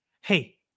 hey